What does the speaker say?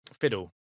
Fiddle